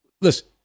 listen